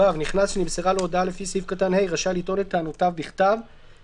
מאחר ונקבע על ידי משרד המשפטים שהתשלום הזה הוא סוג של